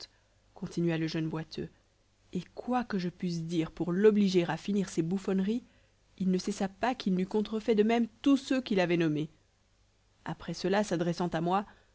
continua le jeune boiteux et quoique je pusse dire pour l'obliger à finir ses bouffonneries il ne cessa pas qu'il n'eût contrefait de même tous ceux qu'il avait nommés après cela s'adressant à moi